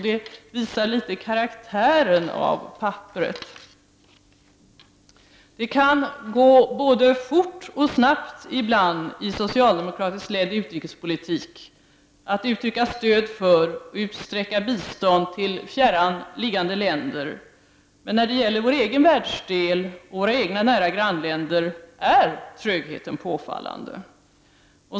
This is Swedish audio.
Det visar också karaktären av papperet. Det kan gå både fort och snabbt ibland i socialdemokratiskt ledd utrikespolitik att uttrycka stöd för och utsträcka bistånd till fjärran liggande länder. När det gäller vår egen världsdel och våra egna nära grannländer är trögheten påfallande.